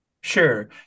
sure